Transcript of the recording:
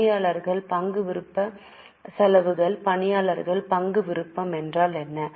பணியாளர் பங்கு விருப்ப செலவுகள் பணியாளர் பங்கு விருப்பம் என்றால் என்ன